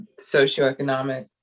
socioeconomic